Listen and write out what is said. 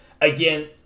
again